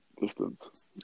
distance